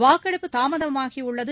வாக்கெடுப்பு தாமதமாகியுள்ளது